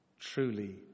Truly